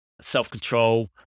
self-control